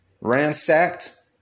ransacked